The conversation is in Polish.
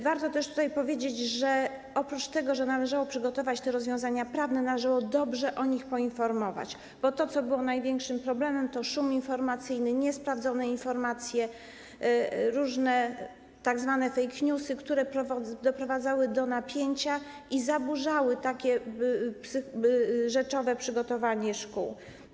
Warto też powiedzieć, że oprócz tego, że należało przygotować te rozwiązania prawne, należało dobrze o nich poinformować, bo to, co było największym problemem, to szum informacyjny, niesprawdzone informacje, różne tzw. fake newsy, które doprowadzały do napięcia i zaburzały takie rzeczowe przygotowanie szkół.